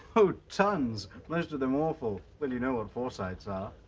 oh tons. most of them awful but you know what forsytes are.